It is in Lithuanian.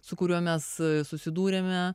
su kuriuo mes susidūrėme